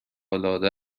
العاده